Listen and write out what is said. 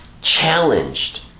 challenged